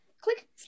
click